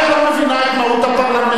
אולי את לא מבינה את מהות הפרלמנט.